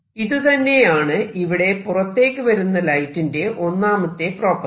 ഇതുതന്നെയാണ് ഇവിടെ പുറത്തേക്ക് വരുന്ന ലൈറ്റിന്റെ ഒന്നാമത്തെ പ്രോപ്പർട്ടി